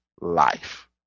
life